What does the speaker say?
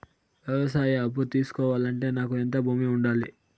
వ్యవసాయ అప్పు తీసుకోవాలంటే నాకు ఎంత భూమి ఉండాలి?